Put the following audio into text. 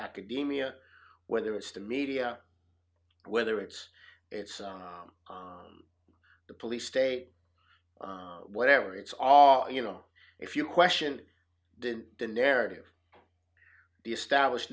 academia whether it's the media whether it's it's the police state whatever it's all you know if you question didn't the narrative the established